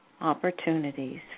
opportunities